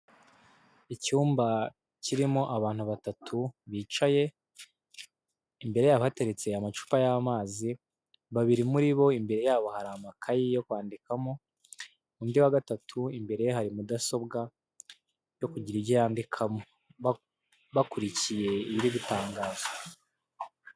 Icyumba kirimo abantu batatu bicaye imbere yabo hateretse amacupa y'amazi, babiri muri bo imbere yabo hari amakayi yo kwandikamo, undi wa gatatu imbere ye hari mudasobwa yo kugira ibyo yandikamo bakurikiye ibiri gutangazwa.